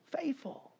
faithful